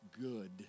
good